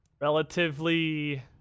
relatively